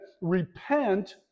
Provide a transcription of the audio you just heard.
repent